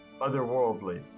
otherworldly